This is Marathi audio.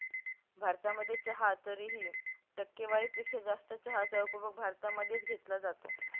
भारतामध्ये चहा तरीही, टक्केवारी पेक्षा जास्त चहाचा उपभोग भारतामध्ये च घेतला जातो